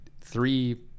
three